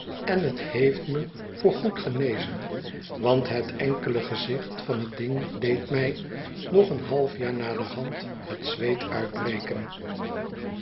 en het heeft me voor goed genezen want het enkele gezicht van het ding deed mij nog een half jaar naderhand het zweet uitbreken